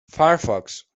firefox